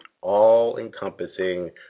all-encompassing